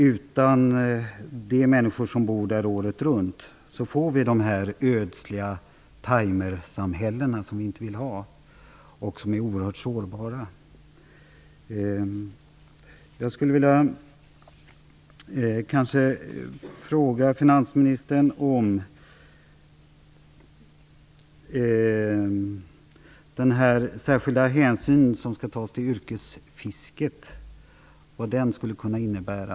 Utan de människor som bor där året runt får vi de ödsliga "timer"-samhällen som vi inte vill ha och som är oerhört sårbara. Jag skulle vilja fråga finansministern om vad den särskilda hänsyn som skall tas till yrkesfisket skulle kunna innebära.